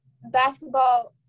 basketball